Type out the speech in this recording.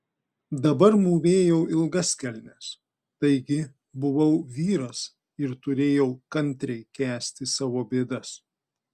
dabar mūvėjau ilgas kelnes taigi buvau vyras ir turėjau kantriai kęsti savo bėdas